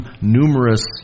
numerous